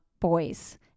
boys